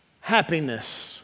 happiness